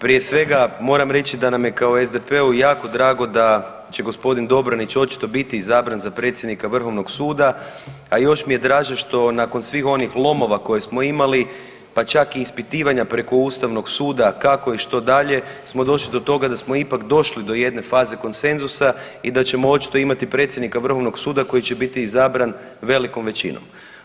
Prije svega moram reći da nam je kao SDP-u jako drago da će g. Dobronić očito biti izabran za predsjednika vrhovnog suda, a još mi je draže što nakon svih onih lomova koje smo imali, pa čak i ispitivanja preko ustavnog suda kako i što dalje smo došli do toga da smo ipak došli do jedne faze konsenzusa i da ćemo očito imati predsjednika vrhovnog suda koji će biti izabran velikom većinom.